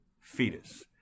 fetus